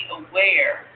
aware